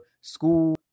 school